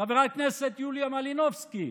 חברת הכנסת יוליה מלינובסקי,